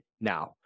now